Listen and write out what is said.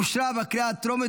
אושרה בקריאה הטרומית,